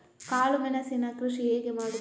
ಕಾಳು ಮೆಣಸಿನ ಕೃಷಿ ಹೇಗೆ ಮಾಡುತ್ತಾರೆ?